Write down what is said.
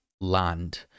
land